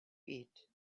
eat